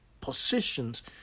positions